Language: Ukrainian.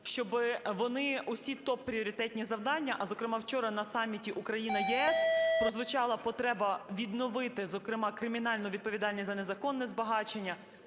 щоб вони всі топ-пріоритетні завдання, а зокрема вчора на саміті Україна-ЄС прозвучала потреба відновити, зокрема, кримінальну відповідальність за незаконне збагачення,